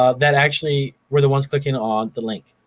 ah that actually were the ones clicking on the link.